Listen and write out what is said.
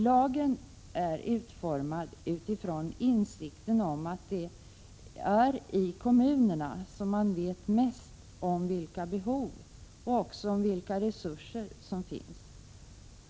Lagen är utformad utifrån insikten om att det är i kommunerna som man vet mest om vilka behov och också vilka resurser som finns.